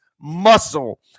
muscle